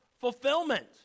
fulfillment